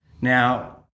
Now